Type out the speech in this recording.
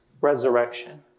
resurrection